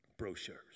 Brochures